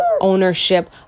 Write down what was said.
ownership